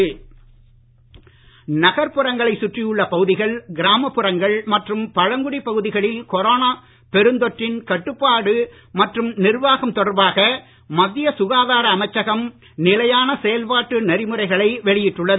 வழிமுறை நகர்ப்புறங்களை சுற்றியுள்ள பகுதிகள் கிராமப் புறங்கள் மற்றும் பழங்குடி பகுதிகளில் கொரோனா பெருந்தொற்றின் கட்டுப்பாடு மற்றும் நிர்வாகம் தொடர்பாக மத்திய சுகாதார அமைச்சகம் நிலையான செயல்பாட்டு நெறிமுறைகளை வெளியிட்டுள்ளது